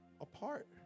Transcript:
apart